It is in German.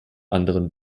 anderen